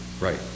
Right